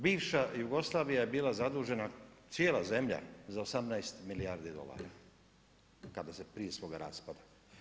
Bivša Jugoslavija je bila zadužena, cijela zemlja za 18 milijardi dolara, kada se prije svoga raspada.